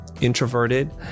introverted